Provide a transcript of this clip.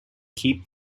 keep